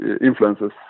influences